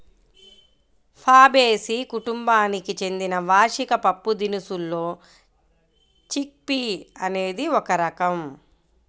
Fabaceae కుటుంబానికి చెందిన వార్షిక పప్పుదినుసుల్లో చిక్ పీ అనేది ఒక రకం